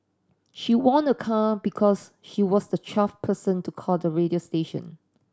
she won a car because she was the twelfth person to call the radio station